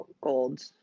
gold